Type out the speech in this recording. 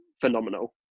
phenomenal